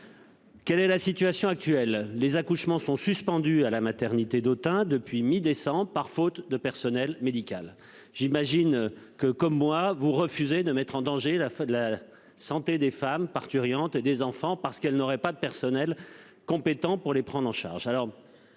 Quelle est la situation actuelle ? Les accouchements sont suspendus à la maternité d'Autun depuis mi-décembre, faute de personnel médical. J'imagine que, comme moi, vous refusez de mettre en danger la santé des parturientes et des enfants parce qu'il n'y aurait pas de personnel compétent pour les prendre en charge.